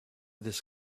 this